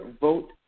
vote